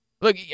Look